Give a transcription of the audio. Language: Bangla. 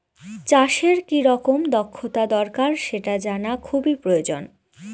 চাষের কি রকম দক্ষতা দরকার সেটা জানা খুবই প্রয়োজন